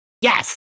yes